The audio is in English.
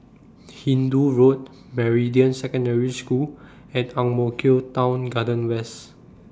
Hindoo Road Meridian Secondary School and Ang Mo Kio Town Garden West